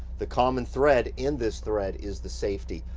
the common thread in this thread is the safety.